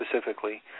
specifically